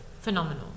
phenomenal